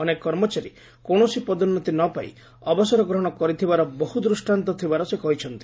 ଅନେକ କର୍ମଚାରୀ କୌଣସି ପଦୋନ୍ତି ନ ପାଇ ବିନା ଅବସର ଗ୍ରହଣ କରିଥିବାର ବହୁ ଦୁଷ୍ଟାନ୍ତ ଥିବାର ସେ କହିଛନ୍ତି